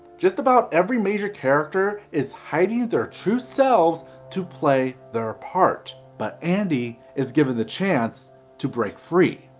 just about every major character is hiding their true selves to play their ah part. but andi is given the chance to break free.